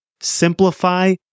simplify